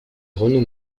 renaud